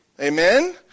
Amen